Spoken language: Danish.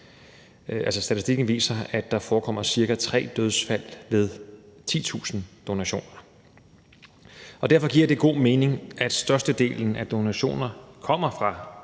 statistikken, at der forekommer cirka tre dødsfald ved 10.000 donationer. Derfor giver det god mening, at størstedelen af donationerne kommer fra